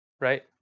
Right